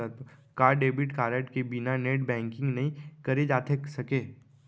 का debit card के बिना नेट बैंकिंग नई करे जाथे सके?